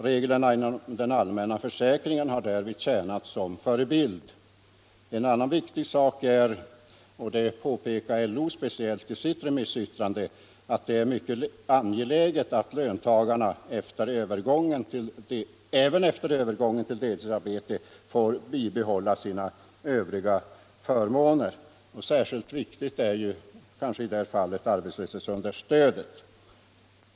Reglerna inom den allmänna försäkringen har därvid tjänat som förebild. En annan viktig sak är — och det påpekar LO speciellt i sitt remissyttrande — att det är mycket angeläget att löntagarna även efter övergången till deltidsarbete får bibehålla sina övriga förmåner. Särskilt viktigt är kanske i det här fallet arbetslöshetsunderstödet.